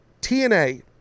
TNA